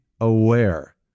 aware